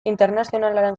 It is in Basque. internazionalaren